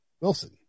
Wilson